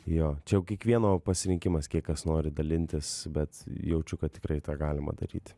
jo čia jau kiekvieno pasirinkimas kiek kas nori dalintis bet jaučiu kad tikrai tą galima daryti